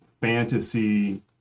fantasy